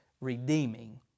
redeeming